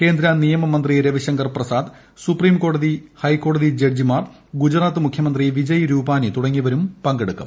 കേന്ദ്ര നിയമ മന്ത്രി രവിശങ്കർ പ്രസാദ് സുപ്രീംകോടതി ഹൈക്കോടതി ജഡ്ജിമാർ ഗുജറാത്ത് മുഖ്യമന്ത്രി വിജയ് രൂപാനി തുടങ്ങിയവരും പങ്കെടുക്കും